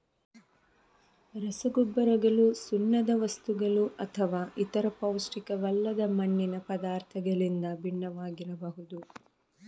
ರಸಗೊಬ್ಬರಗಳು ಸುಣ್ಣದ ವಸ್ತುಗಳುಅಥವಾ ಇತರ ಪೌಷ್ಟಿಕವಲ್ಲದ ಮಣ್ಣಿನ ಪದಾರ್ಥಗಳಿಂದ ಭಿನ್ನವಾಗಿರಬಹುದು